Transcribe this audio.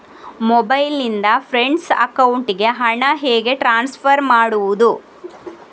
Mobile ನಿಂದ friend ಅಕೌಂಟಿಗೆ ಹಣ ಹೇಗೆ ಟ್ರಾನ್ಸ್ಫರ್ ಮಾಡುವುದು?